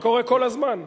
זה קורה כל הזמן.